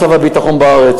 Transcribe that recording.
מצב הביטחון בארץ,